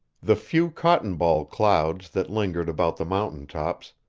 the few cotton-ball clouds that lingered about the mountain-tops,